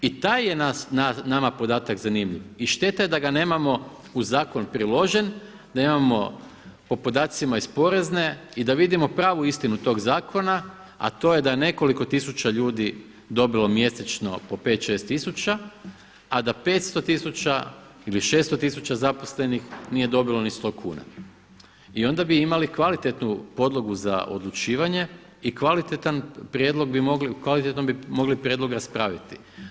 I taj je nama podatak zanimljiv i šteta je da ga nemamo uz zakon priložen, da imamo po podacima iz Porezne i da vidimo pravu istinu tog zakona, a to je da je nekoliko tisuća ljudi dobilo mjesečno po pet, šest tisuća, a da 500 tisuća ili 600 tisuća zaposlenih nije dobilo ni 100 kuna i onda bi imali kvalitetnu podlogu za odlučivanje i kvalitetno bi mogli prijedlog raspraviti.